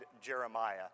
Jeremiah